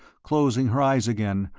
closing her eyes again,